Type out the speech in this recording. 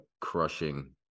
crushing